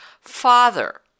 Father